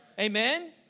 Amen